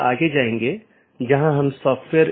बस एक स्लाइड में ऑटॉनमस सिस्टम को देख लेते हैं